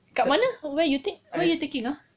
kat mana where you take where you taking ah